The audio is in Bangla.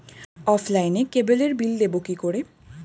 অফলাইনে ক্যাবলের বিল দেবো কি করে?